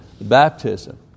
baptism